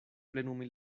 plenumi